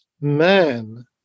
man